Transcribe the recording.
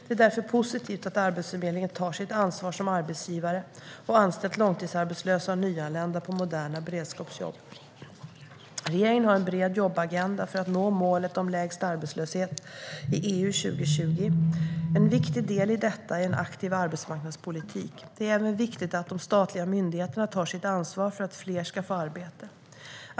Det är därför positivt att Arbetsförmedlingen tar sitt ansvar som arbetsgivare och har anställt långtidsarbetslösa och nyanlända på moderna beredskapsjobb. Regeringen har en bred jobbagenda för att nå målet om lägst arbetslöshet i EU 2020. En viktig del i detta är en aktiv arbetsmarknadspolitik. Det är även viktigt att de statliga myndigheterna tar sitt ansvar för att fler ska få arbete.